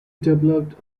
developed